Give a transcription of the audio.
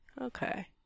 okay